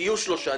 שיהיו שלושה.